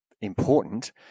important